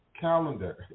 calendar